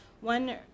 One